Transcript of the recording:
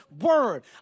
word